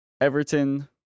Everton